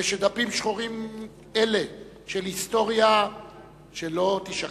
שדפים שחורים אלה של היסטוריה לא יישכחו.